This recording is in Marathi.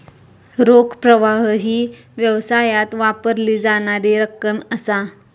रोख प्रवाह ही व्यवसायात वापरली जाणारी रक्कम असा